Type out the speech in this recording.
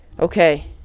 Okay